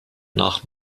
nach